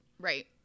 right